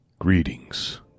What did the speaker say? Greetings